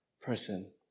person